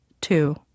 Two